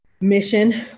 mission